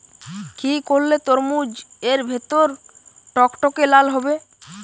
কি করলে তরমুজ এর ভেতর টকটকে লাল হবে?